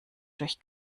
durch